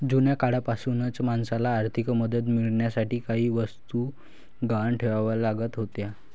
जुन्या काळापासूनच माणसाला आर्थिक मदत मिळवण्यासाठी काही वस्तू गहाण ठेवाव्या लागत होत्या